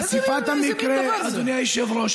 אדוני היושב-ראש,